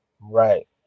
right